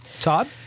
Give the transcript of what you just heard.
Todd